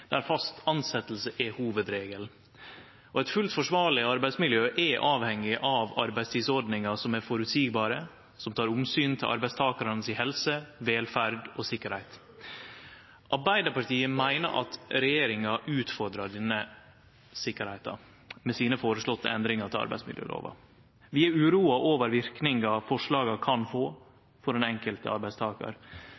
der fast tilsetjing er hovudregelen. Eit fullt forsvarleg arbeidsmiljø er avhengig av arbeidstidsordningar som er føreseielege, og som tek omsyn til arbeidstakarane si helse, velferd og sikkerheit. Arbeidarpartiet meiner at regjeringa utfordrar denne sikkerheita med dei føreslåtte endringane sine til arbeidsmiljølova. Vi er uroa over verknaden forslaga kan få